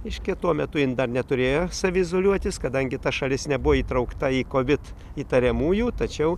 reiškia tuo metu jin dar neturėjo saviizoliuotis kadangi ta šalis nebuvo įtraukta į kovid įtariamųjų tačiau